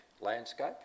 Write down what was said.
landscape